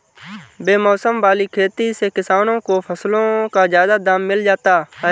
बेमौसम वाली खेती से किसानों को फसलों का ज्यादा दाम मिल जाता है